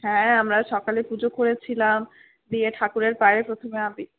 হ্যাঁ আমরা সকালে পুজো করেছিলাম দিয়ে ঠাকুরের পায়ে প্রথমে আবির